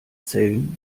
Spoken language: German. zellen